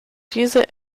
diese